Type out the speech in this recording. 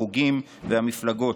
החוגים והמפלגות,